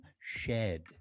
shed